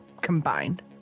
combined